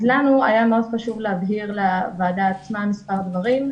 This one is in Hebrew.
לנו היה מאוד חשוב להבהיר לוועדה מספר דברים.